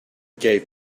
gave